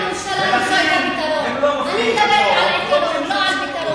את לא שומעת את עצמך.